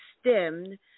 stemmed